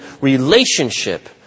Relationship